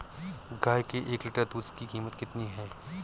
गाय के एक लीटर दूध की कीमत कितनी है?